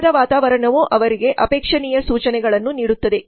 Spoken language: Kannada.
ಸರಿಯಾದ ವಾತಾವರಣವು ಅವರಿಗೆ ಅಪೇಕ್ಷಣೀಯ ಸೂಚನೆಗಳನ್ನು ನೀಡುತ್ತದೆ